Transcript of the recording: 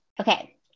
Okay